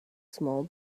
small